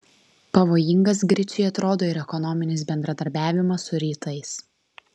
pavojingas griciui atrodo ir ekonominis bendradarbiavimas su rytais